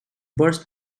burst